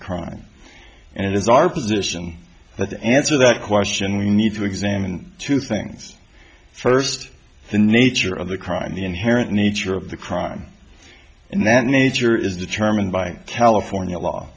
crime and it is our position that answer that question we need to examine two things first the nature of the crime the inherent nature of the crime and that nature is determined by california law